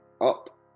Up